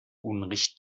unrecht